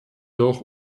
doch